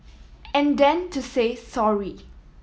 and then to say sorry